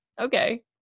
okay